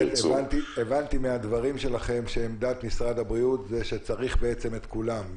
הבנתי מהדברים שלכם שעמדת משרד הבריאות היא שצריך את כולם.